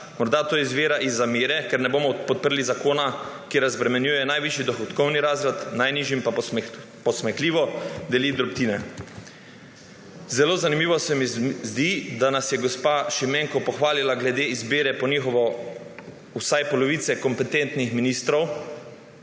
Morda to izvira iz zamere, ker ne bomo podprli zakona, ki razbremenjuje najvišji dohodkovni razred, najnižjim pa posmehljivo deli drobtine. Zelo zanimivo se nam zdi, da nas je gospa Šimenko pohvalila glede izbire po njihovem vsaj polovice kompetentnih ministrov,